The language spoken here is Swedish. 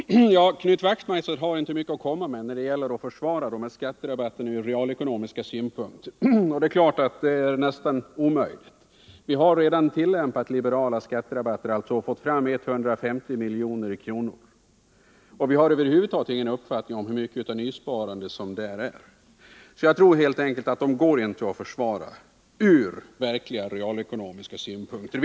Herr talman! Knut Wachtmeister hade inte mycket att komma med när det gäller att försvara de här skatterabatterna ur realekonomisk synpunkt, och det är klart att detta är nästan omöjligt. Vi har redan tillämpat liberala skatterabatter och fått fram 150 miljoner, men vi har över huvud taget ingen uppfattning om hur mycket av nysparande som ligger däri. Jag tror därför att skatterabatterna helt enkelt inte går att försvara från realekonomiska synpunkter.